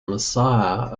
messiah